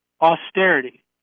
austerity